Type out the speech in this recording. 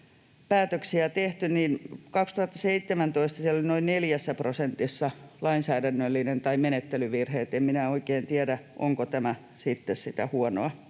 päätöksiä tehty. 2017 siellä oli noin 4 prosentissa lainsäädännöllinen tai menettelyvirhe, niin että en minä oikein tiedä, onko tämä sitten sitä huonoa